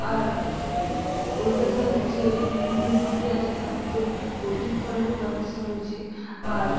আর কলকাতার যে হুগলি নদী আছে তার মধ্যে বোটিং করারও ব্যবস্থাও রয়েছে আর